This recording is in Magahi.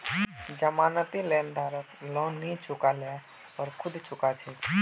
जमानती लेनदारक लोन नई चुका ल पर खुद चुका छेक